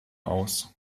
aus